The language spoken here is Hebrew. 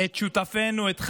את שותפינו, את חברינו,